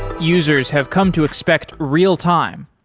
users have come to expect real-time.